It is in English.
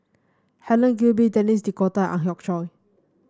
Helen Gilbey Denis D'Cotta Ang Hiong Chiok